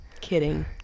Kidding